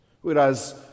Whereas